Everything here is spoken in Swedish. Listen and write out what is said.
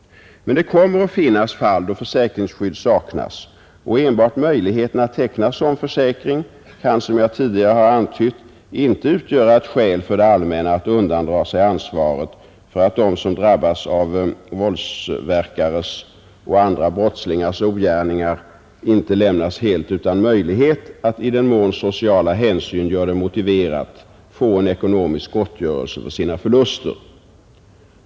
Men det kommer att finnas fall då försäkringsskydd saknas, och enbart möjligheten att teckna sådan försäkring kan som jag tidigare har antytt inte utgöra ett skäl för det allmänna att undandra sig ansvaret för att de som drabbas av våldsverkares och andra brottslingars ogärningar inte lämnas helt utan möjlighet att i den mån sociala hänsyn gör det motiverat få en ekonomisk gottgörelse för sina förluster.